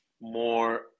more